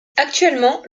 actuellement